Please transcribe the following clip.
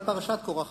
לפרשת קורח,